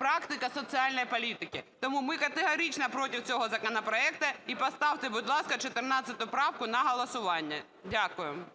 практика соціальної політики. Тому ми категорично проти цього законопроекту. І поставте, будь ласка, 14 правку на голосування. Дякую. ГОЛОВУЮЧИЙ.